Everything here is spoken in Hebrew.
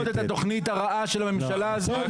אני רוצה לשרת ולשנות את התוכנית הרעה של הממשלה הזאת,